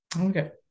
Okay